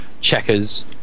checkers